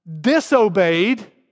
disobeyed